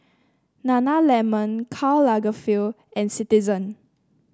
Nana Lemon Karl Lagerfeld and Citizen